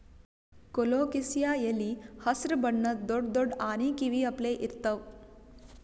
colocasia ಎಲಿ ಹಸ್ರ್ ಬಣ್ಣದ್ ದೊಡ್ಡ್ ದೊಡ್ಡ್ ಆನಿ ಕಿವಿ ಅಪ್ಲೆ ಇರ್ತವ್